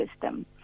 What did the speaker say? system